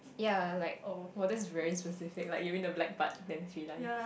ya like for this is very specific like you win the the black part then feel nice